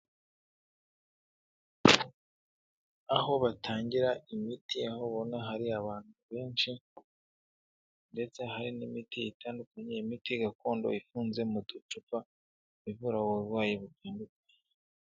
Aho batangira imiti aho ubona hari abantu benshi ndetse hari n'imiti itandukanye imiti gakondo ifunze mu ducupa ivura uburwayi butandukanye.